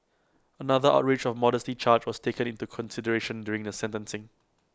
another outrage of modesty charge was taken into consideration during the sentencing